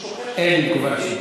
אין תגובה אישית.